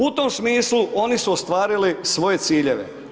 U tom smislu oni su ostvarili svoje ciljeve.